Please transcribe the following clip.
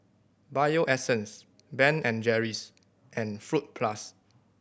Bio Essence Ben and Jerry's and Fruit Plus